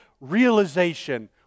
realization